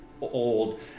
old